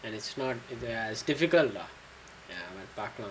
it's not as it's difficult lah ya